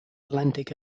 atlantic